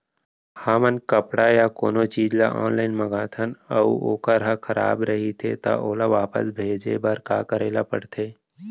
हमन कपड़ा या कोनो चीज ल ऑनलाइन मँगाथन अऊ वोकर ह खराब रहिये ता ओला वापस भेजे बर का करे ल पढ़थे?